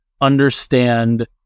understand